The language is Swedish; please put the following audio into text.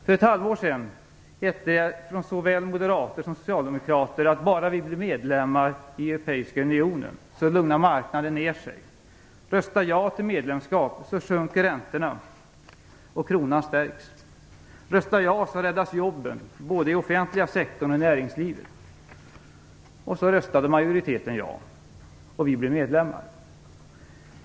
För ett halvår sedan hette det från såväl moderater som socialdemokrater att bara vi blir medlemmar i EU så lugnar marknaden ner sig. Rösta ja till medlemskap så sjunker räntorna och kronan stärks. Rösta ja så räddas jobben både i offentliga sektorn och i näringslivet. Så röstade majoriteten ja, och vi blev medlemmar.